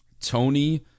Tony